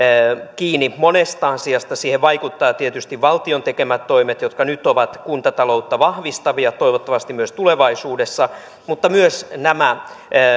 kiinni varmasti monesta asiasta siihen vaikuttavat tietysti valtion tekemät toimet jotka nyt ovat kuntataloutta vahvistavia toivottavasti myös tulevaisuudessa mutta myös